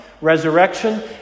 resurrection